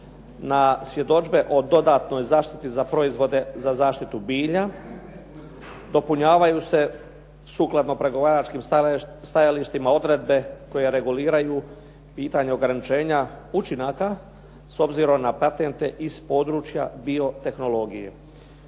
na svjedodžbe o dodatnoj zaštiti za proizvode za zaštitu bilja, dopunjavaju se sukladno pregovaračkim stajalištima odredbe koje reguliraju pitanje ograničenja učinaka s obzirom na patente iz područja biotehnologije.